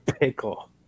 Pickle